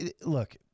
Look